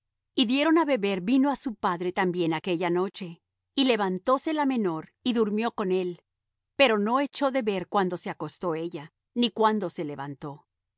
y dieron á beber vino á su padre también aquella noche y levantóse la menor y durmió con él pero no echó de ver cuándo se acostó ella ni cuándo se levantó